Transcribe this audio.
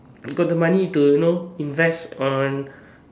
got the money to you know invest on